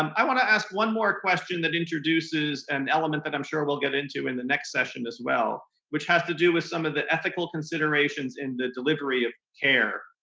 i want to ask one more question that introduces an element that i'm sure we'll get into in the next session as well, which has to do with some of the ethical considerations in the delivery of care.